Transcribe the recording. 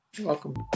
welcome